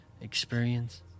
experience